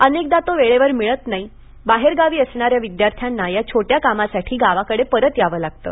अनेकदा तो वेळेवर मिळत नाही बाहेरगावी असणाऱ्या विद्यार्थ्यांना या छोट्या कामासाठी गावाकडे परत यावं लागतं